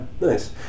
nice